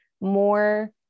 more